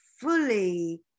fully